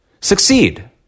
succeed